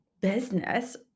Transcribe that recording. business